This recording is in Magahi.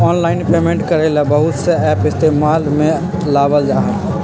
आनलाइन पेमेंट करे ला बहुत से एप इस्तेमाल में लावल जा हई